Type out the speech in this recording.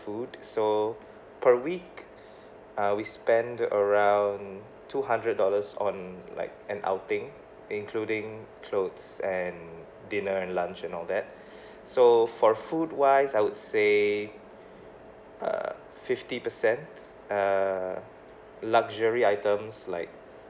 food so per week uh we spend around two hundred dollars on like an outing including clothes and dinner and lunch and all that so for the food wise I would say uh fifty percent uh luxury items like